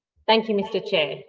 thank you, mr chair.